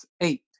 eight